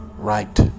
Right